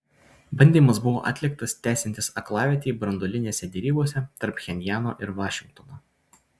bandymas buvo atliktas tęsiantis aklavietei branduolinėse derybose tarp pchenjano ir vašingtono